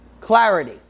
clarity